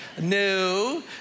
No